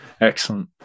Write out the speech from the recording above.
Excellent